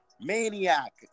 maniac